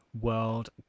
World